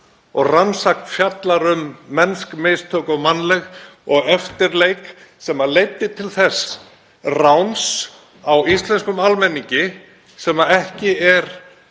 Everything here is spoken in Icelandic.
Ransacked fjallar um mennsk mistök og mannleg og eftirleik sem leiddi til þess ráns á íslenskum almenningi sem ekki er